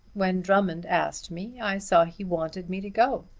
when drummond asked me i saw he wanted me to go.